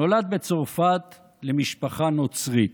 נולד בצרפת למשפחה נוצרית.